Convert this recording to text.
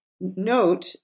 note